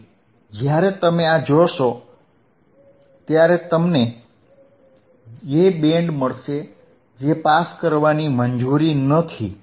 તેથી જ્યારે તમે આ જોશો ત્યારે તમને તે બેન્ડ મળશે જે પાસ કરવાની મંજૂરી નથી